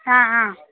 హ హ